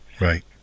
right